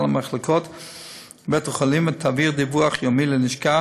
מחלקות בית-החולים ותעביר דיווח יומי ללשכה